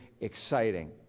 exciting